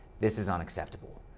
this is unacceptable.